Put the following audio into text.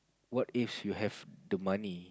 what if you have the money